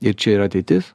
ir čia yra ateitis